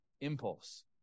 impulse